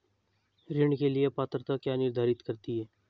ऋण के लिए पात्रता क्या निर्धारित करती है?